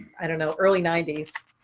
i don't know, early ninety s.